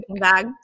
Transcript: bag